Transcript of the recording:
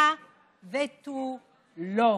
הא ותו לא.